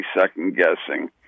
second-guessing